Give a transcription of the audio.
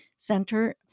Center